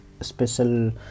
special